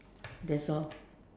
that's all